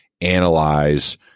analyze